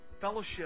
fellowship